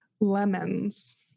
Lemons